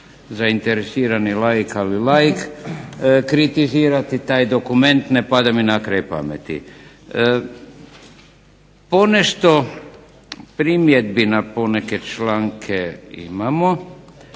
zainteresirani laik, ali laik kritizirati taj dokument. Ne pada mi na kraj pameti! Ponešto primjedbi na poneke članke imamo